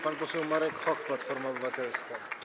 Pan poseł Marek Hok, Platforma Obywatelska.